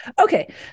okay